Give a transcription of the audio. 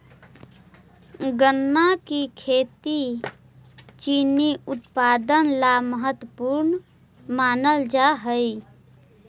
गन्ना की खेती चीनी उत्पादन ला महत्वपूर्ण मानल जा हई